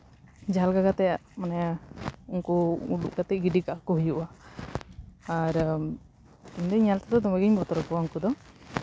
ᱡᱟᱦᱟᱸ ᱞᱮᱠᱟ ᱠᱟᱛᱮ ᱢᱟᱱᱮ ᱩᱱᱠᱩ ᱩᱰᱩᱠ ᱠᱟᱛᱮ ᱜᱤᱰᱤ ᱠᱟᱠᱚ ᱦᱩᱭᱩᱜᱼᱟ ᱟᱨ ᱜᱩᱰᱩ ᱧᱮᱞ ᱛᱮᱫᱚ ᱫᱚᱢᱮᱜᱤᱧ ᱵᱚᱛᱚᱨ ᱠᱚᱣᱟ ᱩᱱᱠᱩ ᱫᱚ